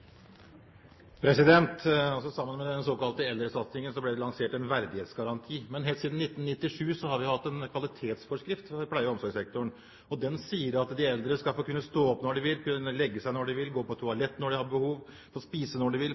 Sammen med den såkalte eldresatsingen ble det lansert en verdighetsgaranti. Men helt siden 1997 har vi hatt en kvalitetsforskrift for pleie- og omsorgssektoren. Den sier at de eldre skal få kunne stå opp når de vil, legge seg når de vil, gå på toalettet når de har behov, få spise når de vil,